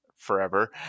forever